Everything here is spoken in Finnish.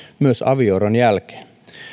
myös avioeron jälkeen